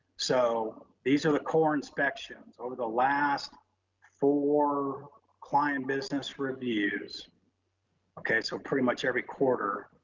so these are the core inspections over the last four client business reviews okay. so pretty much every quarter,